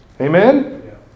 Amen